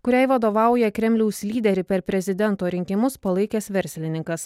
kuriai vadovauja kremliaus lyderį per prezidento rinkimus palaikęs verslininkas